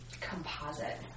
composite